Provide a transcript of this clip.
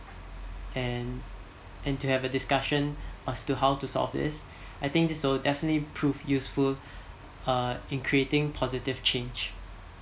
and and to have a discussion as to how to solve this I think this also definitely proof useful uh in creating positive change